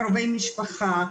קרובי משפחה,